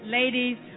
ladies